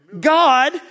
God